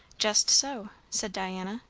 just so, said diana,